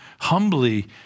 humbly